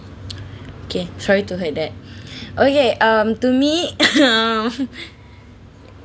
K sorry to heard that okay um to me um